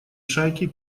шайке